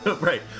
right